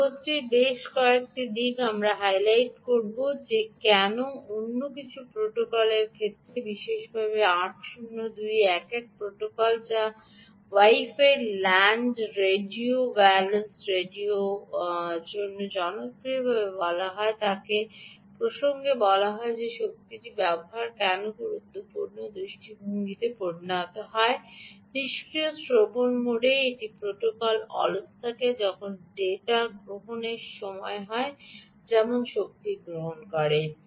এই কাগজটির বেশ কয়েকটি দিক আমরা হাইলাইট করব যে কেন অন্য কিছু প্রোটোকলের ক্ষেত্রে বিশেষত 8০211 প্রোটোকল যা wifi LAN radio wireless radio যখন জনপ্রিয়ভাবে বলা হয় তাকে প্রসঙ্গে বলা হয় যে শক্তি ব্যবহার কেন গুরুত্বপূর্ণ দৃষ্টিভঙ্গিতে পরিণত হয় নিষ্ক্রিয় শ্রবণ মোডে এটি প্রোটোকল অলস থাকে যখন ডেটা গ্রহণের সময় হয় তেমন শক্তি গ্রহণ করে